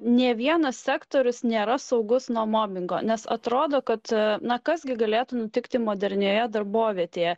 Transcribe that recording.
nė vienas sektorius nėra saugus nuo mobingo nes atrodo kad na kas gi galėtų nutikti modernioje darbovietėje